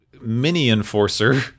mini-enforcer